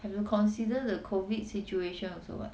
have to consider the COVID situation also [what]